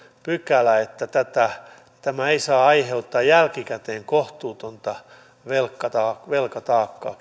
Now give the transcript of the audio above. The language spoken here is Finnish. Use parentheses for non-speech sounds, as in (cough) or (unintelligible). pykälä että tämä ei saa aiheuttaa jälkikäteen kohtuutonta velkataakkaa (unintelligible)